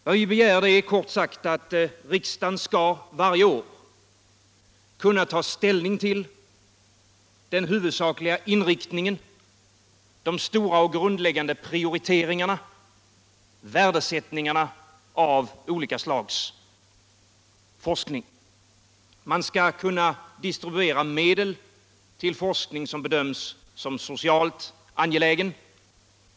Vad vi begär är kort sagt att riksdagen skall, varje år, kunna ta ställning till den huvudsakliga inriktningen, de stora och grundläggande prioriteringarna, värdesättningen av olika slags forskning. Man skall kunna distribuera medel till forskning som bedöms som socialt angelägen.